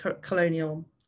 colonial